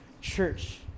Church